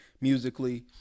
musically